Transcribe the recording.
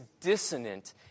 dissonant